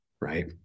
right